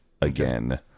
again